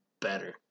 better